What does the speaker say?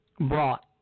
brought